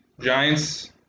Giants